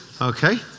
Okay